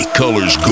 colors